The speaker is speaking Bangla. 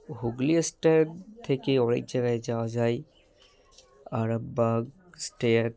হুগলি স্ট্যান্ড থেকে অনেক জায়গায় যাওয়া যায় আরামবাগ স্ট্যান্ড